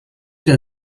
der